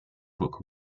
book